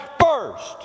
first